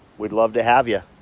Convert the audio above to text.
we'd love to have you.